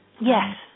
Yes